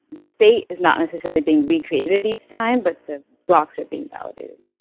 the state is not necessarily being recreated each time, but the blocks are being validated.